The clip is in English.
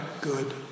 good